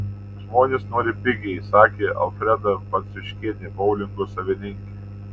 žmonės nori pigiai sakė alfreda baciuškienė boulingo savininkė